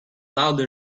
loudly